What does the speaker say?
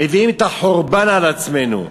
מביאים את החורבן על עצמנו.